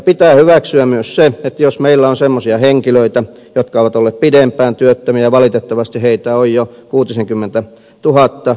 pitää myös hyväksyä jos meillä on semmoisia henkilöitä jotka ovat olleet pidempään työttömiä valitettavasti heitä on jo kuutisenkymmentä tuhatta